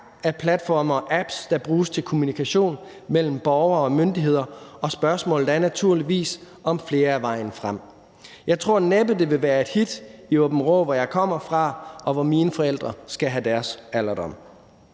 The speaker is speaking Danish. af platforme og apps, der bruges til kommunikation mellem borgere og myndigheder, og spørgsmålet er naturligvis, om flere er vejen frem; jeg tror næppe, det vil være et hit i Aabenraa, hvor jeg kommer fra, og hvor mine forældre skal have deres alderdom.